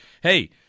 hey